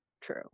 True